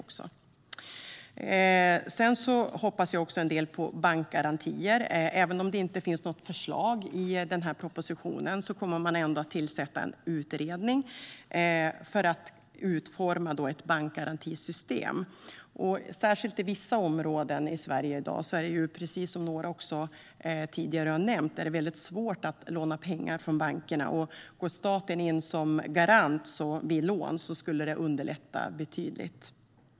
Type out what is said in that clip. Jag hoppas också en del på bankgarantier. Även om det inte finns något förslag i propositionen kommer man att tillsätta en utredning för att utforma ett bankgarantisystem. Särskilt i vissa områden i Sverige i dag är det, precis som några talare tidigare har nämnt, väldigt svårt att låna pengar från bankerna. Om staten gick in som garant vid lån skulle det underlätta betydligt.